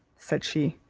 said she,